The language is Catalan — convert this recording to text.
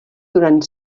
durant